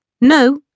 No